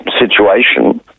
situation